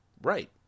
right